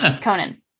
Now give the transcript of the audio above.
Conan